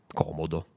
comodo